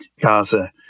Gaza